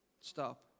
Stop